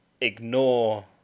ignore